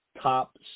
top